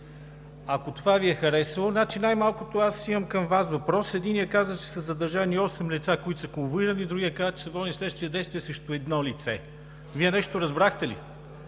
ако това Ви е харесало. Най-малкото, аз имам въпрос към Вас. Единият каза, че са задържани осем лица, които са конвоирани. Другият каза, че са водени следствени действия срещу едно лице. Вие нещо разбрахте ли?